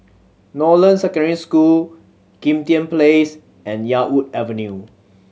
Northland Secondary School Kim Tian Place and Yarwood Avenue